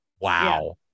Wow